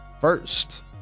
first